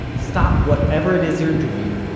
stop whatever it is you're doing,